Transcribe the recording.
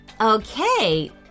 Okay